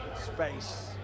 space